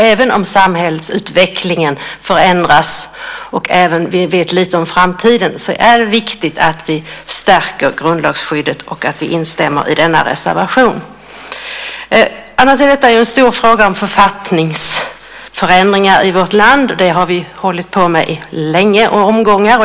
Även om samhällsutvecklingen förändras och vi vet lite om framtiden är det viktigt att vi stärker grundlagsskyddet och instämmer i denna reservation. Författningsändringar är ju en stor fråga i vårt land. Den har vi hållit på med länge och i omgångar.